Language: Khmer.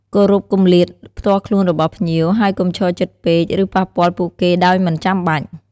គោរពគម្លាតផ្ទាល់ខ្លួនរបស់ភ្ញៀវ ហើយកុំឈរជិតពេក ឬប៉ះពាល់ពួកគេដោយមិនចាំបាច់។